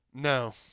No